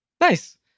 Nice